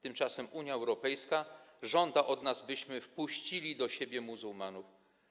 Tymczasem Unia Europejska żąda od nas, byśmy wpuścili do siebie muzułmanów.